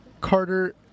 Carter